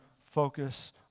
focus